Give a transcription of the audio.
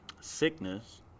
sickness